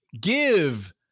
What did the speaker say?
Give